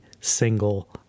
single